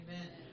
Amen